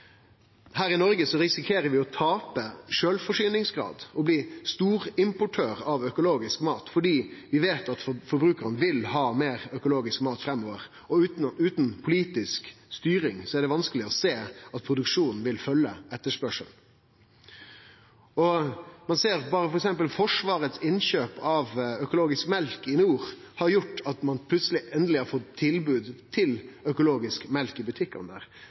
Her i Noreg risikerer vi å tape sjølvforsyningsgrad og bli storimportør av økologisk mat, fordi vi veit at forbrukarane vil ha meir økologisk mat framover, og utan politisk styring er det vanskeleg å sjå at produksjonen vil følgje etterspørselen. Ein ser at berre f.eks. Forsvarets innkjøp av økologisk mjølk i nord har gjort at ein plutseleg endeleg har fått tilbod om økologisk mjølk i butikkane der.